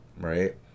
right